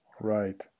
Right